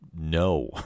no